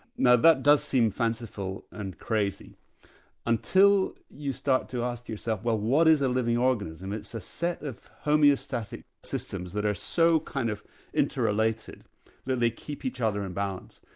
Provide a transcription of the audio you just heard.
now, that does seem fanciful and crazy until you start to ask yourself, well, what is a living organism? it's a set of homeostatic systems that are so kind of interrelated that they keep each other in balance.